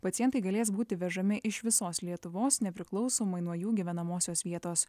pacientai galės būti vežami iš visos lietuvos nepriklausomai nuo jų gyvenamosios vietos